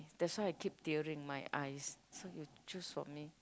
that's why I keep tearing my eyes so you choose for me